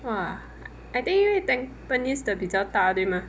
!wah! I think 因为 tampines 的比较大对吗